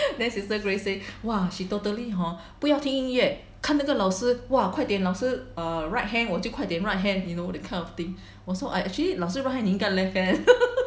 then sister Grace say !wah! she totally hor 不要听音乐看那个老师 !wah! 快点老师 err right hand 我就快点 right hand you know that kind of thing 我说 so I actually 老师 right hand 你应该 left hand